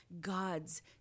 God's